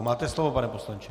Máte slovo, pane poslanče.